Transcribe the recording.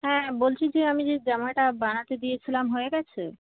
হ্যাঁ বলছি যে আমি যে জামাটা বানাতে দিয়েছিলাম হয়ে গেছে